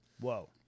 whoa